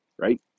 right